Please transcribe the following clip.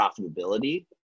profitability